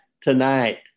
tonight